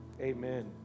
Amen